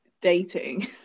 dating